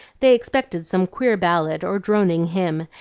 they expected some queer ballad or droning hymn,